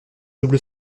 double